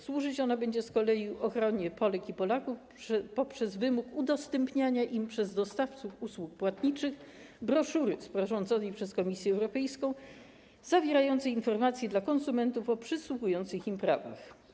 Służyć ona będzie z kolei ochronie Polek i Polaków poprzez wymóg udostępniania im przez dostawców usług płatniczych broszury sporządzonej przez Komisję Europejską zawierającej informację dla konsumentów o przysługujących im prawach.